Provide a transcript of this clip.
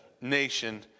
nation